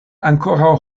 ankoraŭ